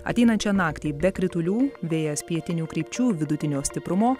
ateinančią naktį be kritulių vėjas pietinių krypčių vidutinio stiprumo